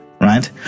Right